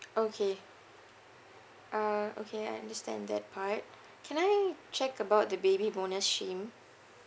okay uh okay I understand that part can I check about the baby bonus scheme